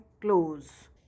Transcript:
close